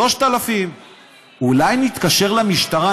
3,000. אולי נתקשר למשטרה,